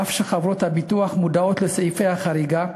אף שחברות הביטוח מודעות לסעיפי החריגה,